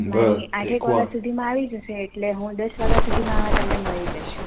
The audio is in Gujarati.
મારી આઠેક વાગ્યા સુધીમાં આવી જશે એટલે હું દસ વાગ્યા સુધીમાં તમને મળી જઇશ